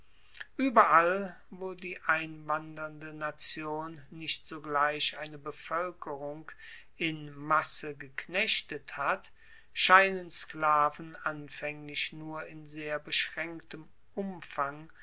ueberall wo die einwandernde nation nicht sogleich eine bevoelkerung in masse geknechtet hat scheinen sklaven anfaenglich nur in sehr beschraenktem umfang